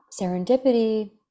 Serendipity